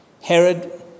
Herod